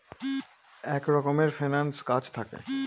এক রকমের ফিন্যান্স কাজ থাকে